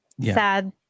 sad